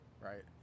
Right